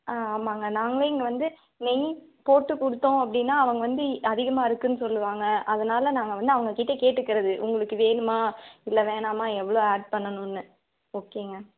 ஆ ஆமாங்க நாங்களே இங்கே வந்து நெய் போட்டு கொடுத்தோம் அப்படினா அவங்க வந்து அதிகமாயிருக்குன்னு சொல்லுவாங்க அதனால் நாங்கள் வந்து அவங்க கிட்டே கேட்டுக்கிறது உங்களுக்கு வேணுமா இல்லை வேணாமா எவ்வளோ ஆட் பண்ணணுன்னு ஓகேங்க